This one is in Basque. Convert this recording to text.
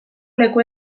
leku